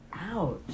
Ouch